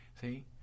see